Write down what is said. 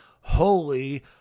holy